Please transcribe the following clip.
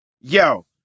Yo